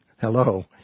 Hello